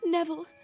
Neville